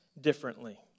differently